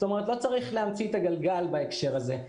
לא צריך להמציא את הגלגל בהקשר הזה.